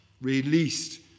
Released